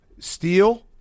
Steel